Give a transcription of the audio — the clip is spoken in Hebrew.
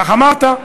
כך אמרת.